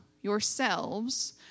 yourselves